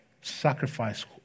sacrifice